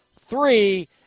three